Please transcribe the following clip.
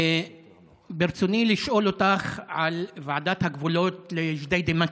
ברצוני לשאול אותך על ועדת הגבולות לג'דיידה-מכר.